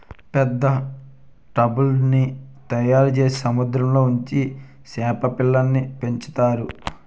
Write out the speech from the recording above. పెద్ద టబ్బుల్ల్ని తయారుచేసి సముద్రంలో ఉంచి సేప పిల్లల్ని పెంచుతారు